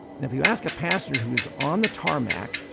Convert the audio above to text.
and if you ask a passenger who is on the tarmac,